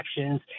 actions